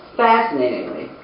fascinatingly